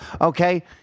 Okay